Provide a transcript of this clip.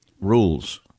rules